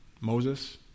Moses